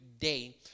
day